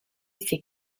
s’est